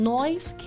,Noise